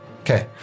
Okay